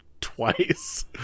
twice